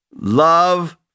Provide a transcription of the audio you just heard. Love